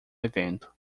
evento